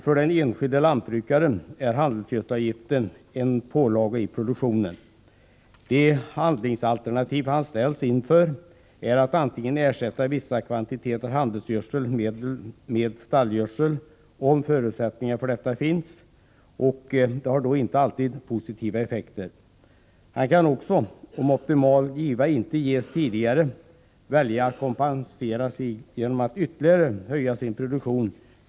För den enskilde lantbrukaren är handelsgödselavgiften en ny pålaga i produktionen. Ett av de handlingsalternativ han ställs inför är att, om förutsättningar för detta finns, ersätta vissa kvantiteter handelsgödsel med stallgödsel, vilket inte alltid får positiva effekter. Ett annat alternativ för honom är att, om optimal giva inte uppnåtts tidigare, kompensera sig genom att ytterligare öka sin produktion.